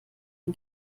den